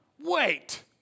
Wait